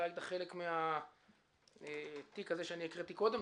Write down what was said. שהיית חלק מהתיק שקראתי קודם,